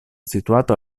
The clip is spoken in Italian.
situato